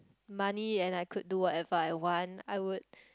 money and I could do whatever I want I would